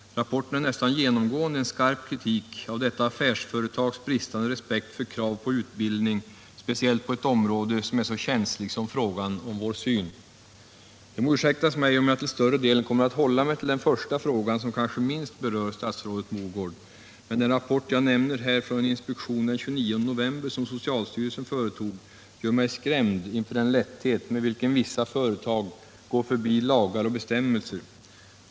Rapporten innehåller nästan genomgående en skarp kritik av det ifrågavarande affärsföretagets bristande respekt för krav på utbildning — speciellt på ett område som är så känsligt som det som gäller vår syn. Det må ursäktas mig om jag till större delen kommer att hålla mig till den första frågan i interpellationen, som kanske minst berör statsrådet Mogård. Men den rapport jag nämner här från en inspektion den 29 november 1977, som socialstyrelsen företog, gör mig skrämd inför den lätthet med vilken vissa företag går förbi lagar och bestämmelser.